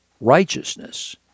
righteousness